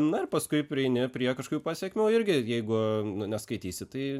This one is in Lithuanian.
na ir paskui prieini prie kažkokių pasekmių irgi jeigu nu neskaitysi tai